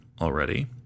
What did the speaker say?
already